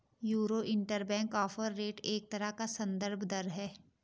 euro interbank offer rate एक तरह का सन्दर्भ दर है